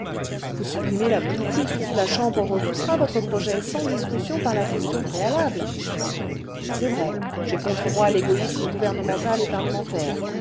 vous supprimez la politique la chambre repoussera votre projet sans discussion par la question préalable c'est vrai j'ai contre moi l'égoïsme gouvernemental et parlementaire